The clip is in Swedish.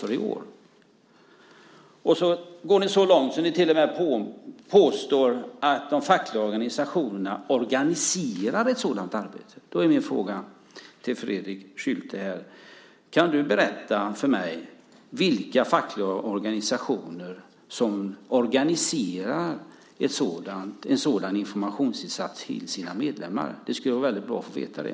Ni går så långt att ni till och med påstår att de fackliga organisationerna organiserar ett sådant arbete. Min fråga till Fredrik Schulte är: Kan du berätta för mig vilka fackliga organisationer som organiserar en sådan informationsinsats till sina medlemmar? Det skulle vara väldigt bra att få veta det.